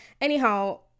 anyhow